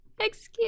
Excuse